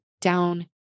down